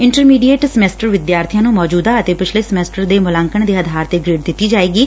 inter ਮਿਡੀਏਟ semester ਵਿਦਿਆਰਬੀਆਂ ਨੂੰ ਮੌਚੁਦਾ ਅਤੇ ਪਿਛਲੇ ਸਮੈਸਟਰ ਦੇ ਮੁਲਾਂਕਣ ਦੇ ਆਧਾਰ ਤੇ ਗੇੂਡ ਦਿੱਤੀ ਜਾਏਗੀ